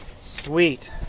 Sweet